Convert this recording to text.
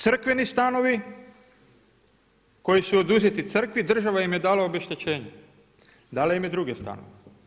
Crkveni stanovi koji su oduzeti crkvi država im je dala obeštećenje, dala im je druge stanove.